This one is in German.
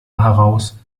heraus